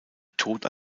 tod